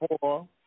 four